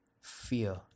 fear